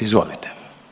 Izvolite.